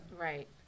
Right